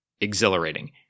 exhilarating